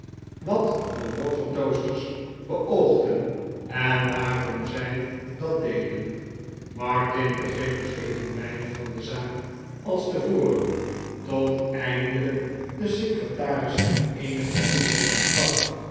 wat de watertoasters beoogden en waarom zij dat deden martin begreep dus even weinig van de zaak als tevoren tot eindelijk de secretaris hem eenige inlichtingen gaf